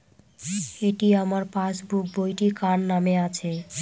এটি আমার পাসবুক বইটি কার নামে আছে?